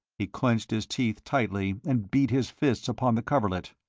he clenched his teeth tightly and beat his fists upon the coverlet.